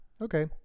Okay